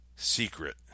Secret